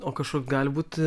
o kažkur gali būt